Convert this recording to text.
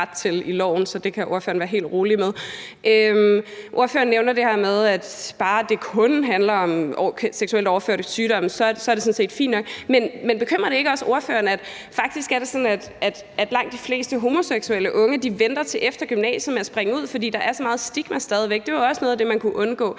det kan ordføreren være helt rolig med. Når ordføreren nævner det her med, at det kun handler om seksuelt overførte sygdomme, så er det sådan set fint nok, men bekymrer det ikke også ordføreren, at det faktisk er sådan, at langt de fleste homoseksuelle unge venter til efter gymnasiet med at springe ud, fordi der stadig væk er så meget stigma? Det var også noget af det, man kunne undgå,